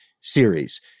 series